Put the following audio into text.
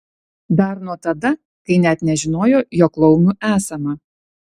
dar nuo tada kai net nežinojo jog laumių esama